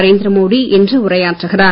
நரேந்திர மோடி இன்று உரையாற்றுகிறார்